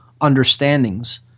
Understandings